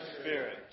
spirit